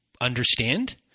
understand